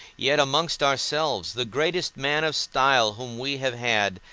yet amongst ourselves, the greatest man of style whom we have had,